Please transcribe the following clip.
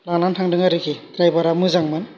लानानै थांदों आरोखि ड्रायभार आ मोजांमोन